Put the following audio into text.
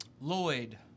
Lloyd